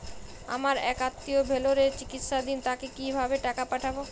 আমার এক আত্মীয় ভেলোরে চিকিৎসাধীন তাকে কি ভাবে টাকা পাঠাবো?